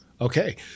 Okay